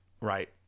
right